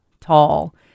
tall